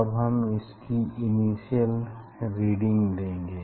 अब हम इसकी इनिसिअल रीडिंग लेंगे